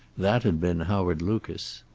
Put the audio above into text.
that had been howard lucas.